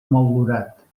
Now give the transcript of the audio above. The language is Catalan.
motllurat